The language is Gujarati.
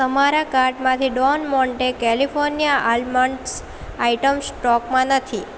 તમારા કાર્ટમાંની Don Monte California almonds item સ્ટોકમાં નથી